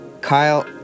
Kyle